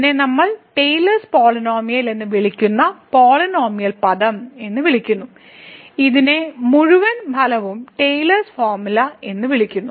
ഇതിനെ നമ്മൾ Taylor's polynomial എന്ന് വിളിക്കുന്ന പോളിനോമിയൽ പദം എന്ന് വിളിക്കുന്നു ഇതിനെ മുഴുവൻ ഫലവും ടെയിലേഴ്സ് ഫോർമുല എന്ന് വിളിക്കുന്നു